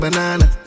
banana